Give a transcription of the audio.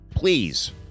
please